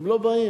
הם לא באים.